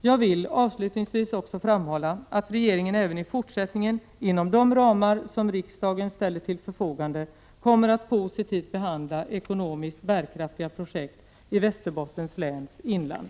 Jag vill avslutningsvis också framhålla att regeringen även i fortsättningen, inom de ramar som riksdagen ställer till förfogande, kommer att positivt behandla ekonomiskt bärkraftiga projekt i Västerbottens läns inland.